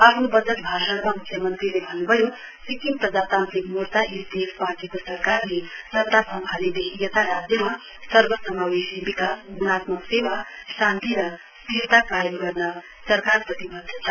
आफ्नो वजट भाषाणमा मुख्य मन्त्रीले अन्न्भयो सिक्किम प्रजातान्त्रिक मोर्चा एसडीएफ पार्टीको सरकारले सत्ता सम्हालेदेखि यता राज्यमा सर्व समावेशी विकास ग्णात्मक सेवा राज्यमा शान्ति र स्थिरता कायम गर्न सरकार प्रतिवध्द छ